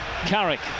Carrick